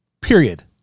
period